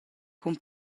cun